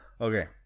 Okay